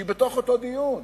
שהיא בתוך אותו דיון.